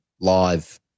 Live